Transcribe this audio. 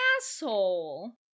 asshole